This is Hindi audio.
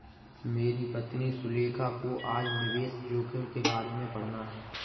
मेरी पत्नी सुलेखा को आज निवेश जोखिम के बारे में पढ़ना है